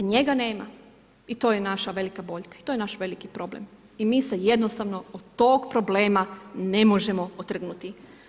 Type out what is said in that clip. A njega nema i to je naša velika boljka i to je naš veliki problem i mi se jednostavno od tog problema ne možemo otrgnuti.